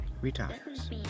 retires